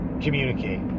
communicate